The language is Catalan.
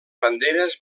banderes